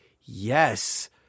yes